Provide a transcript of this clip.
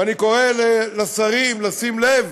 ואני קורא לשרים, לשים לב